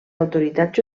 autoritats